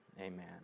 amen